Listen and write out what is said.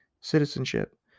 citizenship